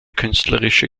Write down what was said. künstlerische